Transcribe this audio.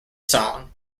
song